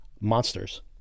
monsters